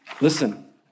listen